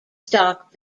stock